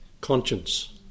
conscience